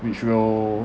which will